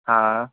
हा